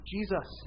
Jesus